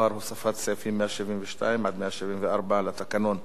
בדבר הוספת סעיפים 172 174 לתקנון.